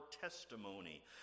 testimony